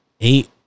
eight